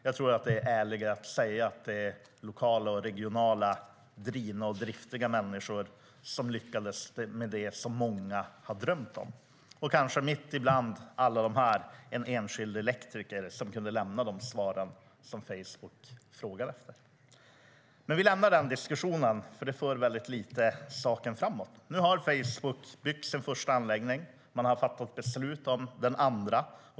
Det är ärligare att säga att det är lokala och regionala driftiga människor som lyckats med det som många har drömt om - kanske mitt ibland dem en enskild elektriker som kunde lämna de svar som Facebook frågade efter. Låt oss lämna den diskussionen eftersom den inte för saken framåt. Nu har Facebook byggt sin första anläggning. Man har fattat beslut om en andra.